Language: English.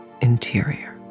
interior